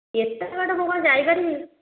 ଏତେ ବାଟ ମୁଁ କ'ଣ ଯାଇପାରିବି